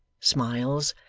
smiles,